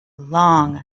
long